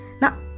Now